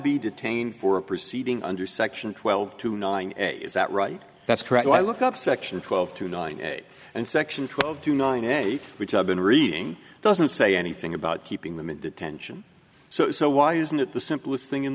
be detained for a proceeding under section twelve to nine is that right that's correct i look up section twelve two nine eight and section twelve two nine and eight which i've been reading doesn't say anything about keeping them in detention so why isn't it the simplest thing in